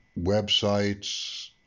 websites